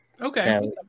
Okay